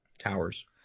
Towers